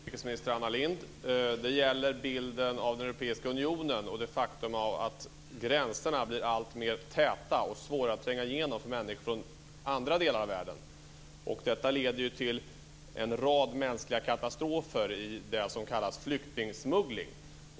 Fru talman! Jag har en fråga till utrikesminister Anna Lindh. Det gäller bilden av Europeiska unionen och det faktum att gränserna blir alltmer täta och svåra att tränga igenom för människor från andra delar av världen. Detta leder till en rad mänskliga katastrofer i det som kallas flyktingsmuggling.